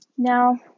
Now